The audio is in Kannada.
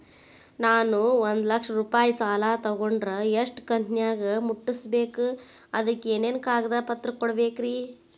ನಾನು ಒಂದು ಲಕ್ಷ ರೂಪಾಯಿ ಸಾಲಾ ತೊಗಂಡರ ಎಷ್ಟ ಕಂತಿನ್ಯಾಗ ಮುಟ್ಟಸ್ಬೇಕ್, ಅದಕ್ ಏನೇನ್ ಕಾಗದ ಪತ್ರ ಕೊಡಬೇಕ್ರಿ?